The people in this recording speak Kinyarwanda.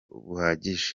buhagije